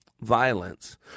violence